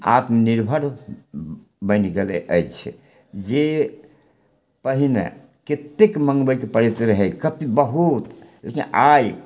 आत्मनिर्भर बनि गेलय अछि जे पहिने कतेक मँगबैत पड़ैत रहय हइ बहुत लेकिन आइ